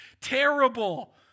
terrible